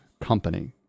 company